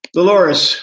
Dolores